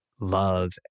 love